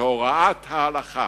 שהוראת ההלכה